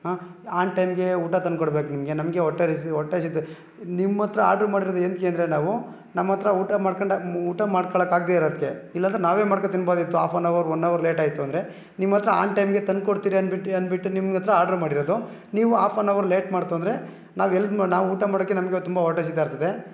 on ಟೈಮ್ಗೆ ಊಟ ತಂದ್ಕೊಂಡ್ಬೇಕು ನಿಮಗೆ ನಮಗೆ ಹೊಟ್ಟೆ ರಿಸಿ ಹೊಟ್ಟೆ ಹಶಿತೆ ನಿಮ್ಮ ಹತ್ರ ಆರ್ಡ್ರ್ ಮಾಡಿರೋದು ಏನಕ್ಕೆ ಅಂದರೆ ನಾವು ನಮ್ಮ ಹತ್ರ ಊಟ ಮಾಡ್ಕಂಡು ಊಟ ಮಾಡ್ಕೊಳಕ್ಕಾಗ್ದೇ ಇರೋದಕ್ಕೆ ಇಲ್ಲಾಂದರೆ ನಾವೇ ಮಾಡ್ಕೊ ತಿನ್ಬೋದಿತ್ತು half an hour one hour ಲೇಟಾಯಿತು ಅಂದರೆ ನಿಮ್ಮ ಹತ್ರ ಆನ್ ಟೈಮ್ಗೆ ತಂದುಕೊಡ್ತೀರಿ ಅನ್ಬಿಟ್ಟು ಅಂದ್ಬಿಟ್ಟು ನಿಮ್ಮ ಹತ್ರ ಆರ್ಡ್ರ್ ಮಾಡಿರೋದು ನೀವು ಆಫ್ ಅನ್ ಅವರ್ ಲೇಟ್ ಮಾಡಿತು ಅಂದರೆ ನಾವು ಎಲ್ಗೆ ನಾವು ಊಟ ಮಾಡೋಕ್ಕೆ ನಮಗೆ ತುಂಬ ಹೊಟ್ಟೆ ಹಸಿತಾ ಇರ್ತದೆ